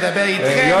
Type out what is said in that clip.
לדבר איתכם,